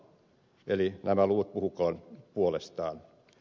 eli nämä luvut puhukoot puolestaan